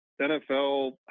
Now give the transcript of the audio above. NFL